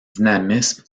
dynamisme